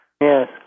Yes